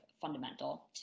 fundamental